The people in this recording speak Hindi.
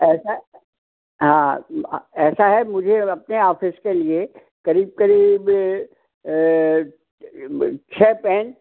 ऐसा है हाँ ऐसा है मुझे अपने आफिस के लिए क़रीब क़रीब छः पेन